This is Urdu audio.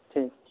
ٹھیک